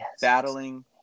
battling